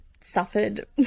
suffered